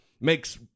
makes